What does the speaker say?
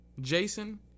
Jason